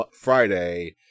Friday